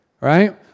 right